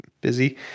busy